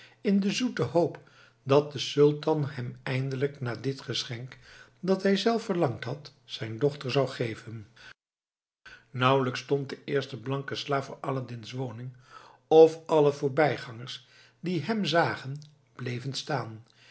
in de zoete hoop dat de sultan hem eindelijk na dit geschenk dat hij zelf verlangd had zijn dochter zou geven nauwelijks stond de eerste blanke slaaf voor aladdin's woning of alle voorbijgangers die hem zagen bleven staan